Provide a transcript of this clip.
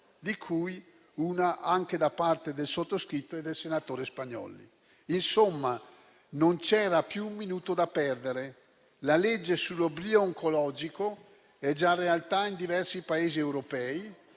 a firma anche del sottoscritto e del senatore Spagnolli. Insomma, non c'era più un minuto da perdere. La legge sull'oblio oncologico è già realtà in diversi Paesi europei: